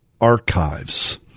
archives